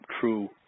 true